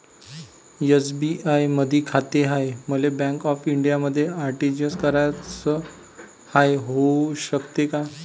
SBI मधी खाते हाय, मले बँक ऑफ इंडियामध्ये आर.टी.जी.एस कराच हाय, होऊ शकते का?